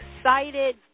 excited